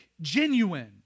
genuine